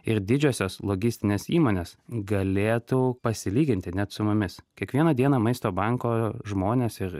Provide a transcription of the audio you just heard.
ir didžiosios logistinės įmonės galėtų pasilyginti net su mumis kiekvieną dieną maisto banko žmonės ir